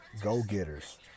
go-getters